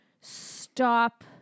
stop